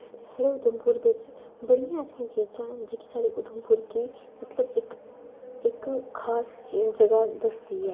साढ़े उधमपुर बिच्च बड़ियां ऐसियां चीजां न जेह्की साढ़ी उधमपुर गी मतलब इक इक खास जगहा दसदी ऐ ठीक ऐ